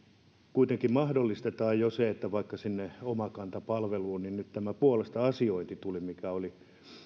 kuitenkin mahdollistetaan jo vaikka omakanta palvelussa tämä puolesta asiointi mikä oli